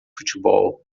futebol